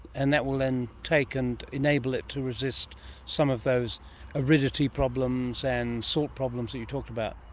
and that will then take and enable it to resist some of those aridity problems and salt problems that you talked about?